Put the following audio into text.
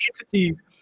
entities